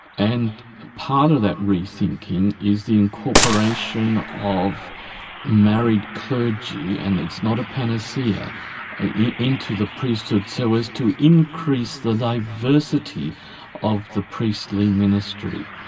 and part of that rethinking is the incorporation of married clergy and it's not a panacea into the priesthood so as to increase the diversity of the priestly ministry.